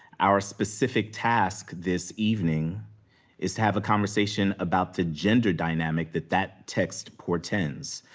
our specific task this evening is to have a conversation about the gender dynamic that that text portends.